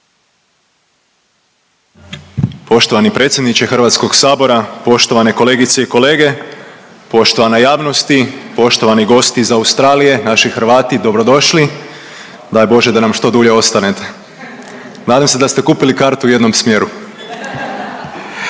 Poštovani predsjedniče HS, poštovane kolegice i kolege, poštovana javnosti, poštovani gosti iz Australije, naši Hrvati dobrodošli, daj Bože da nam što dulje ostanete, nadam se da ste kupili kartu u jednom smjeru.